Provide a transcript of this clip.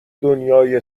دنیای